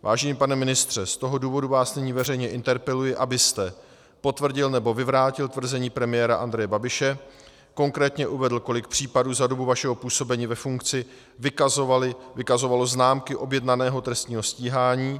Vážený pane ministře, z toho důvodu vás nyní veřejně interpeluji, abyste potvrdil nebo vyvrátil tvrzení premiéra Andreje Babiše, konkrétně uvedl, kolik případů za dobu vašeho působení ve funkci vykazovalo známky objednaného trestního stíhání.